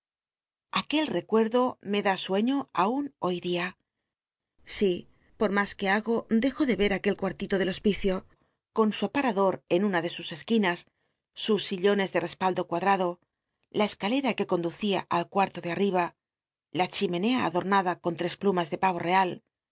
aquel recuerdo me rlá sueño aun hoy dia si por mas que hago dejo de yer aquel cuartito del hospicio con su aparador en una de sus esquinas sus sillones de respaldo cuadrado la escalera que conducía al cuarto de arl'iba la chimenea adornada con trcs plumas de payo real